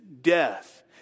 death